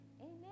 Amen